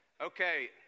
Okay